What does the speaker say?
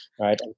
Right